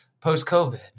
post-COVID